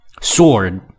sword